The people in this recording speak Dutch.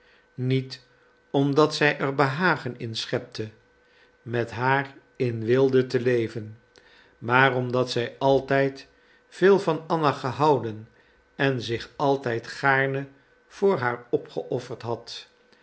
niet omdat zij er behagen in schepte met haar in weelde te leven maar omdat zij altijd veel van anna gehouden en zich altijd gaarne voor haar opgeofferd had